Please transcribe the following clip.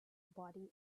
body